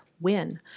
win